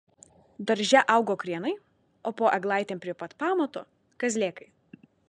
darže augo krienai o po eglaitėm prie pat pamato kazlėkai